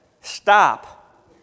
stop